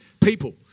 People